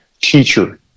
teacher